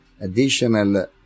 additional